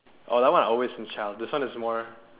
oh that one I always this one is more